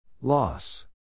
Loss